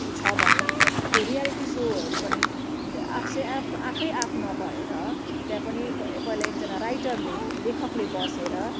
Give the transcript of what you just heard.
छ भने त्यो रियालिटी सोहरू पनि आफ से आफ आफैँ आफ नभएर त्यहाँ पनि प पहिला एकजना राइटरले लेखकले बसेर